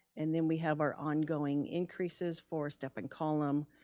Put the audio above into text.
and then we have our ongoing increases for step and column,